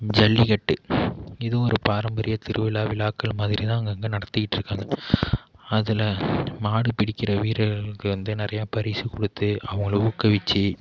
ஜல்லிக்கட்டு இதுவும் ஒரு பாரம்பரிய திருவிழா விழாக்கள் மாதிரிதான் அங்கே அங்கே நடத்திக்கிட்டு இருக்காங்க அதில் மாடு பிடிக்கிற வீரர்களுக்கு வந்து நிறையா பரிசு கொடுத்து அவங்களை ஊக்குவிச்சு